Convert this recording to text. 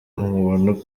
umuntu